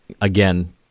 again